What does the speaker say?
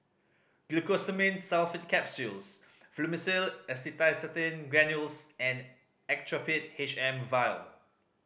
Glucosamine Sulfate Capsules Fluimucil Acetylcysteine Granules and Actrapid H M Vial